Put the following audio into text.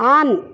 on